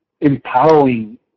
empowering